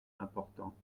important